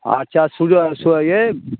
আচ্ছা আর সু ইয়ে